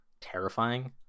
terrifying